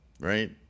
Right